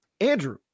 Andrew